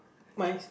mine's